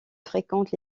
fréquente